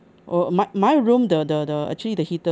oh my my room the the the actually the heater